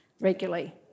regularly